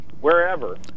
wherever